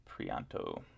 Prianto